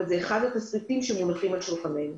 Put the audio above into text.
כאשר זה אחד התסריטים שמונחים על שולחננו.